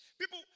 People